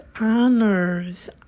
honors